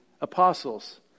apostles